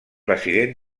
president